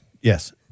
Yes